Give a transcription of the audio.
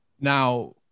now